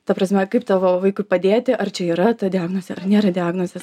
ta prasme kaip tavo vaikui padėti ar čia yra ta diagnozė ar nėra diagnozės